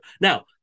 Now